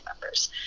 members